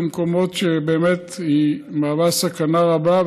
במקומות שזו סכנה רבה,